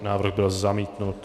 Návrh byl zamítnut.